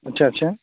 اچھا اچھا